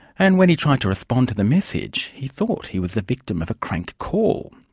and when he tried to respond to the message, he thought he was the victim of a prank call.